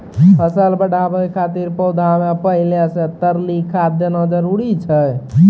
फसल बढ़ाबै खातिर पौधा मे पहिले से तरली खाद देना जरूरी छै?